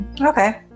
okay